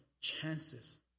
chances